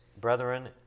brethren